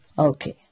Okay